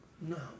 No